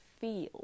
feel